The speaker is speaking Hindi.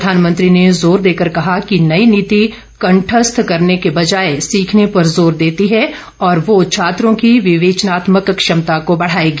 प्रधानमंत्री ने जोर देकर कहा कि नई नीति कंठस्थ करने के बॅजाए सीखने पर जोर देती है और वो छात्रों की विवेचनात्मक क्षमता को बढ़ाएगी